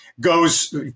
goes